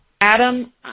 Adam